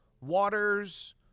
Waters